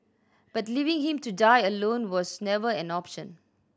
but leaving him to die alone was never an option